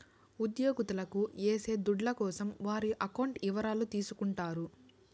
ఉద్యోగత్తులకు ఏసే దుడ్ల కోసం వారి అకౌంట్ ఇవరాలు తీసుకుంటారు